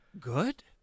good